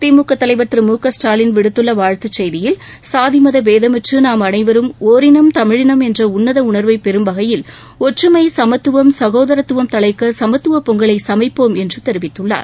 திமுக தலைவர் திரு மு க ஸ்டாலின் விடுத்துள்ள வாழ்த்து செய்தியில் சாதி மத பேதமற்று நாம் அனைவரும் ஒரினம் தமிழினம் என்ற உன்னதக உணர்வைப் பெறும் வகையில் ஒற்றுமை சமத்துவம் சகோதரத்துவம் தளைக்க சமத்துவப் பொங்கலைச் சமைப்போம் என்று தெரிவித்துள்ளார்